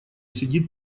сидит